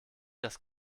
das